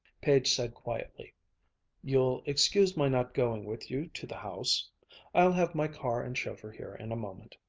page said quietly you'll excuse my not going with you to the house i'll have my car and chauffeur here in a moment.